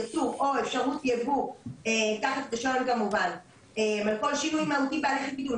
ייצור או אפשרות ייבוא תחת רישיון על כל שינוי מהותי בהליך הגידול.